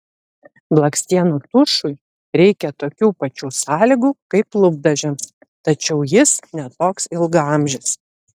blakstienų tušui reikia tokių pačių sąlygų kaip lūpdažiams tačiau jis ne toks ilgaamžis